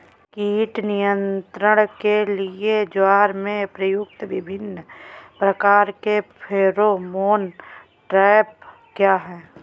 कीट नियंत्रण के लिए ज्वार में प्रयुक्त विभिन्न प्रकार के फेरोमोन ट्रैप क्या है?